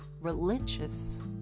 religious